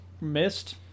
missed